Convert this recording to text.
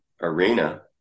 arena